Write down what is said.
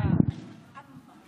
עומד על